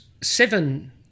seven